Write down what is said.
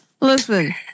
Listen